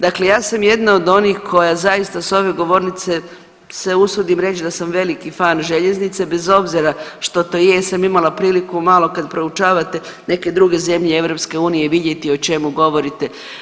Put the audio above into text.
Dakle, ja sam jedna od onih koja zaista sa ove govornice se usudim reći da sam veliki fan željeznice bez obzira što to jesam imala priliku malo kad proučavate neke druge zemlje EU vidjeti o čemu govorite.